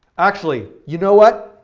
actually, you know what?